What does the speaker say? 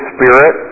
Spirit